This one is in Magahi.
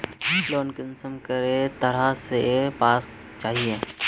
लोन कुंसम करे तरह से पास होचए?